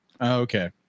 okay